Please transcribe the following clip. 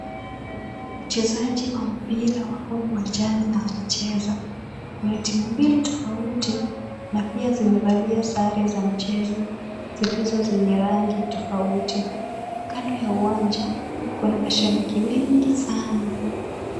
Wachezaji wa mpira wako uwanjani na wanacheza. Kuna timu mbili tofauti na pia zimevalia sare za mchezo zilizo zenye rangi tofauti. Kando ya uwanja kuna mashabiki wengi sana.